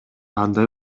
андай